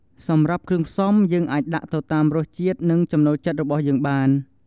សម្រាប់គ្រឿងផ្សំ យើងអាចដាក់ទៅតាមរសជាតិនិងចំណូលចិត្តរបស់យើងបាន។